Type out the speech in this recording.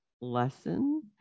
lesson